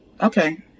okay